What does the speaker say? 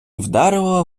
вдарило